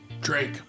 Drake